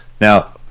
Now